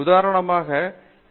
உதாரணமாக டி